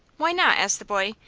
why not? asked the boy.